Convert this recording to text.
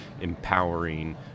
empowering